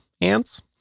ants